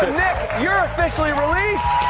nick you're officially released.